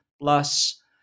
plus